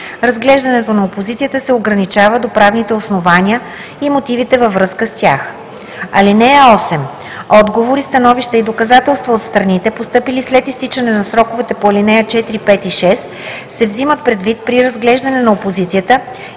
Разглеждането на опозицията се ограничава до правните основания и мотивите във връзка с тях. (8) Отговори, становища и доказателства от страните, постъпили след изтичане на сроковете по ал. 4, 5 и 6, се взимат предвид при разглеждане на опозицията и се